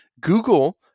Google